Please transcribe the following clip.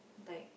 like